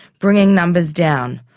bringing numbers down.